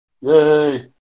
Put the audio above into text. Yay